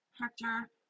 Hector